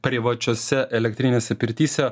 privačiose elektrinėse pirtyse